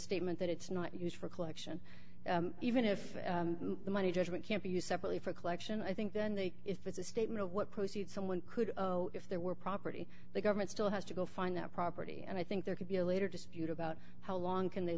statement that it's not used for collection even if the money judgment can't be used separately for collection i think then they if it's a statement of what proceeds someone could if there were property the government still has to go find that property and i think there could be a later dispute about how long can they